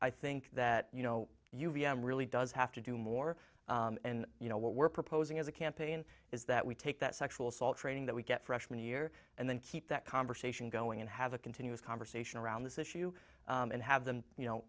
i think that you know you v m really does have to do more and you know what we're proposing as a campaign is that we take that sexual assault training that we get freshman year and then keep that conversation going and have a continuous conversation around this issue and have them you know